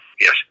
Yes